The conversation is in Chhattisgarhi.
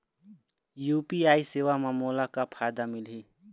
यू.पी.आई सेवा म मोला का फायदा मिलही?